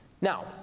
Now